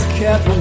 kept